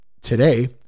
today